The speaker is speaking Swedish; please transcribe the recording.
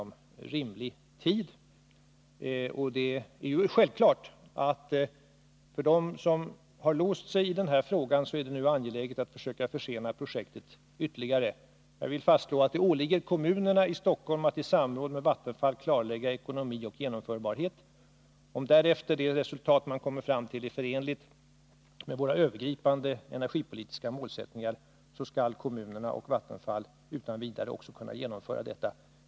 Jag förstår att de som har låst sig i den här frågan har anledning att försöka försena projektet ytterligare. Jag vill fastslå att det åligger kommunerna i Stockholm att i samråd med Vattenfall klarlägga ekonomiska förutsättningar och genomförbarhet. Om därefter det resultat man kommer fram till är förenligt med våra övergripande energipolitiska målsättningar, så skall kommunerna och Vattenfall utan vidare också kunna genomföra projektet.